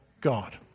God